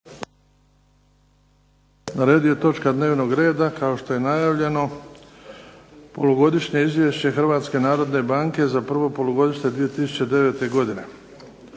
Na redu je točka dnevnog reda kao što je najavljeno. - Polugodišnje izvješće Hrvatske narodne banke za prvo polugodište 2009. godine,